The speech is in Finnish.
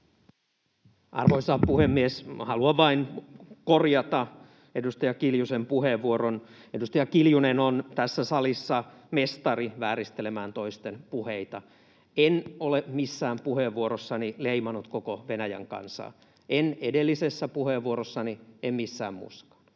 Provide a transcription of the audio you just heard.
Arvoisa puhemies! Haluan vain korjata edustaja Kiljusen puheenvuoron: Edustaja Kiljunen on tässä salissa mestari vääristelemään toisten puheita. En ole missään puheenvuorossani leimannut koko Venäjän kansaa. En edellisessä puheenvuorossani, en missään muussakaan.